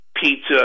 pizza